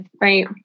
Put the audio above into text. right